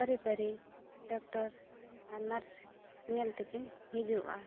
ᱯᱟᱹᱨᱤ ᱯᱟᱹᱨᱤ ᱰᱟᱠᱴᱚᱨ ᱟᱨ ᱱᱟᱨᱥ ᱧᱮᱞ ᱛᱮᱠᱤᱱ ᱦᱤᱡᱩᱜᱼᱟ